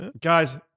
Guys